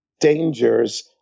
dangers